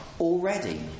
already